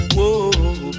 Whoa